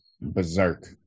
berserk